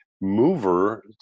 mover